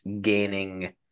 gaining